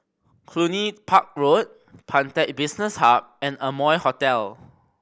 Cluny Park Road Pantech Business Hub and Amoy Hotel